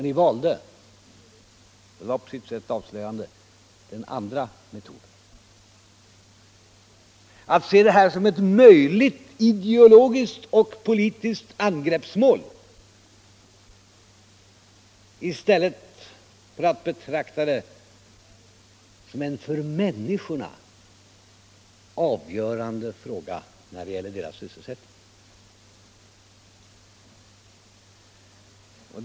Ni valde — och det var på sitt sätt avslöjande — den andra metoden, att se det här som ett möjligt ideologiskt och politiskt angreppsmål i stället för att betrakta det som en för människorna och deras sysselsättning avgörande fråga.